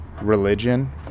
religion